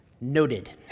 noted